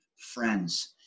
friends